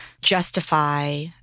justify